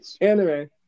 anime